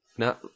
No